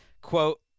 quote